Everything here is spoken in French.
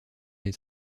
des